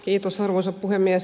kiitos arvoisa puhemies